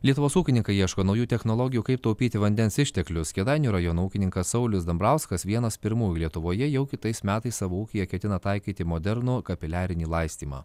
lietuvos ūkininkai ieško naujų technologijų kaip taupyti vandens išteklius kėdainių rajono ūkininkas saulius dambrauskas vienas pirmųjų lietuvoje jau kitais metais savo ūkyje ketina taikyti modernų kapiliarinį laistymą